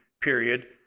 period